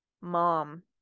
mom